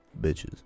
bitches